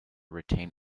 retain